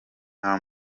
nta